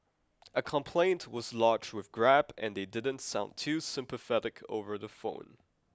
a complaint was lodged with Grab and they didn't sound too sympathetic over the phone